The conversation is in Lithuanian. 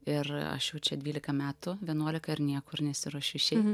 ir aš jau čia dvylika metų vienuolika ir niekur nesiruošiu išeit